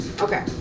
Okay